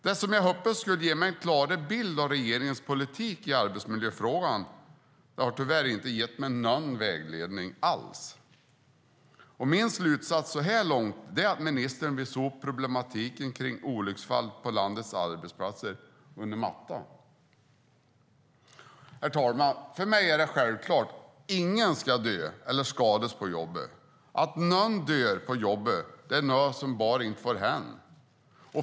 Det jag hade hoppats skulle ge mig en klarare bild av regeringens politik i arbetsmiljöfrågan har tyvärr inte gett mig någon vägledning alls. Min slutsats så här långt är att ministern vill sopa problematiken med olycksfall på landets arbetsplatser under mattan. Herr talman! För mig är det självklart: Ingen ska dö eller skadas på jobbet. Att någon dör på jobbet är något som bara inte får hända.